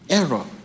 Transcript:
error